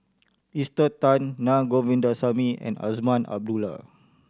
Esther Tan Naa Govindasamy and Azman Abdullah